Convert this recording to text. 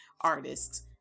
artists